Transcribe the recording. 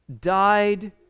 died